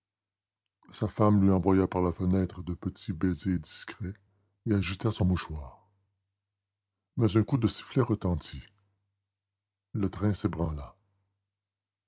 sa femme lui envoya par la fenêtre de petits baisers discrets et agita son mouchoir mais un coup de sifflet retentit le train s'ébranla